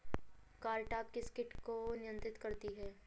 Cartap किस किट को नियंत्रित करती है?